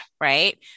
right